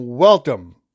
Welcome